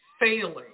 failing